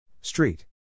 Street